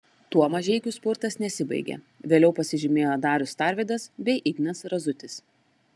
tuo mažeikių spurtas nesibaigė vėliau pasižymėjo darius tarvydas bei ignas razutis